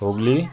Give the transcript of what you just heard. Hooghly